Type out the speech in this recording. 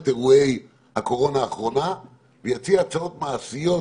אירועי הקורונה האחרונה ויציע הצעות מעשיות